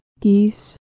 geese